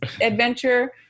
adventure